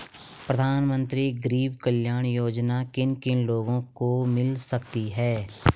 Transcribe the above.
प्रधानमंत्री गरीब कल्याण योजना किन किन लोगों को मिल सकती है?